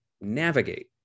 navigate